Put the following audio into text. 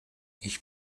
ich